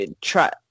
try